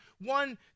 one